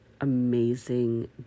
amazing